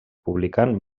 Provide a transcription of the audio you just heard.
publicant